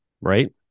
right